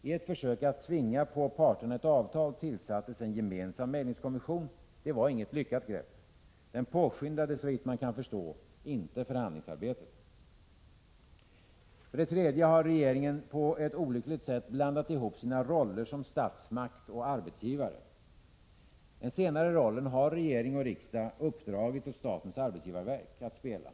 I ett försök att tvinga på parterna ett avtal tillsattes en gemensam medlingskommission. Det var inget lyckat grepp. Den påskyndade, såvitt man kan förstå, inte förhandlingsarbetet. 3. Regeringen har på ett olyckligt sätt blandat ihop sina roller som statsmakt och arbetsgivare. Den senare rollen har regering och riksdag uppdragit åt statens arbetsgivarverk att spela.